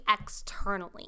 externally